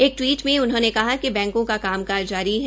एक टवीट में उन्होंने कहा कि बैंको का कामकाज जारी है